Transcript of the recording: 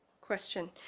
Question